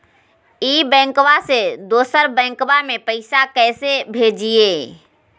ई बैंकबा से दोसर बैंकबा में पैसा कैसे भेजिए?